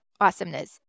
awesomeness